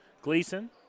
Gleason